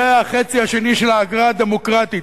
זה החצי השני של האגרה הדמוקרטית.